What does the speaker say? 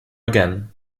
again